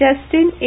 जस्टीन ए